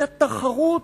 היתה תחרות,